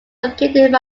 located